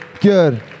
Good